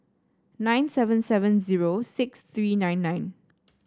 nine seven seven zero six three nine nine